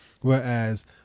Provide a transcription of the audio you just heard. whereas